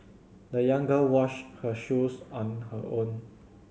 the young girl washed her shoes on her own